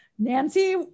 Nancy